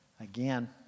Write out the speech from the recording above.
Again